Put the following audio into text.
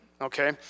Okay